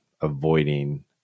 avoiding